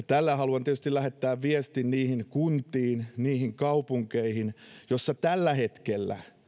tällä haluan tietysti lähettää viestin niihin kuntiin niihin kaupunkeihin joissa tällä hetkellä